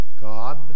God